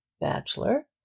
bachelor